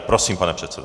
Prosím, pane předsedo.